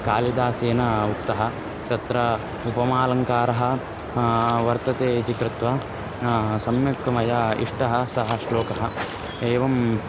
कालिदासेन उक्तः तत्र उपमालङ्कारः वर्तते इति कृत्वा सम्यक् मया इष्टः सः श्लोकः एवम्